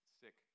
sick